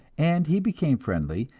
and he became friendly,